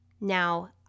Now